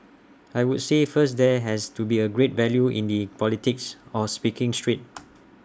I would say first there has to be A great value in the politics of speaking straight